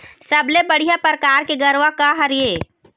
सबले बढ़िया परकार के गरवा का हर ये?